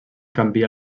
canvia